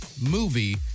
movie